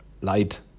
light